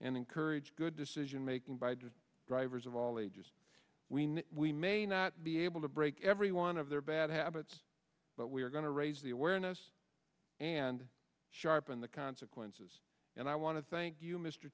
and encourage good decision making by just drivers of all ages we know we may not be able to break every one of their bad habits but we are going to raise the awareness and sharpen the consequences and i want to thank you mr